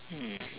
mm